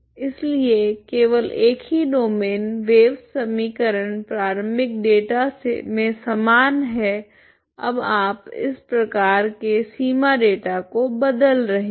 इसलिए केवल एक ही डोमैन वेव समीकरण प्रारंभिक डेटा मे समान है अब आप इस प्रकार के सीमा डेटा को बदल रहे हैं